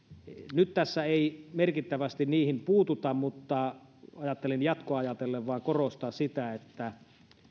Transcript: nyt tässä ei merkittävästi niihin puututa mutta ajattelin jatkoa ajatellen vain korostaa sitä että